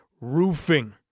Roofing